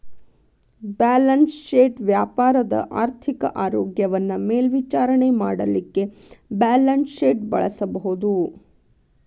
balance sheet ವ್ಯಾಪಾರದ ಆರ್ಥಿಕ ಆರೋಗ್ಯವನ್ನ ಮೇಲ್ವಿಚಾರಣೆ ಮಾಡಲಿಕ್ಕೆ ಬ್ಯಾಲನ್ಸ್ಶೇಟ್ ಬಳಸಬಹುದು